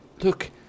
Look